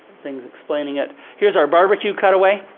things explaining it. here's our barbecue cutaway.